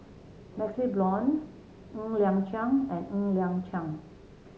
MaxLe Blond Ng Liang Chiang and Ng Liang Chiang